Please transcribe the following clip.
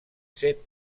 set